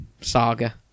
saga